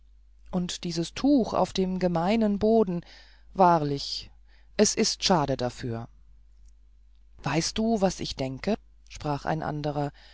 und dieses tuch auf dem gemeinen boden wahrlich es ist schade dafür weißt du was ich denke sprach ein anderer